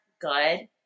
good